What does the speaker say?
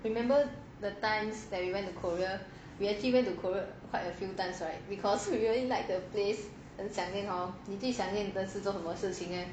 remember the times that we went to korea we actually went to korea quite a few times right because we really like the place 很想念 hor 你最想念的做什么事情 leh